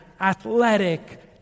athletic